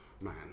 man